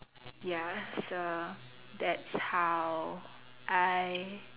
ya so that's how I